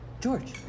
George